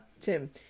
Tim